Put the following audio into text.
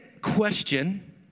question